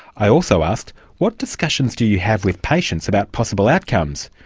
i also asked what discussions do you have with patients about possible outcomes?